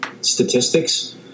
statistics